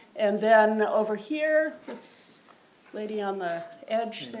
and then over here, this lady on the edge there.